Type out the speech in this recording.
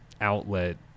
outlet